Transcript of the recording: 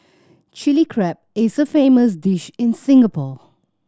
Chilli Crab is a famous dish in Singapore